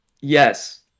yes